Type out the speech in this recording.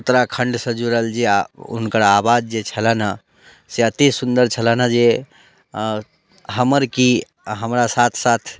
उतराखण्डसँ जुड़ल जे हुनकर आवाज जे छलनि हँ से अतिसुन्दर छलनि हँ जे अँ हमर कि हमरा साथ साथ